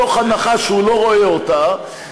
מתוך הנחה שהוא לא רואה אותה,